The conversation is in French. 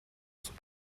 sont